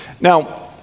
now